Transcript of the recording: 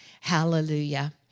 Hallelujah